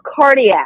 cardiac